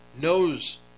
knows